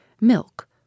milk